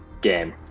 game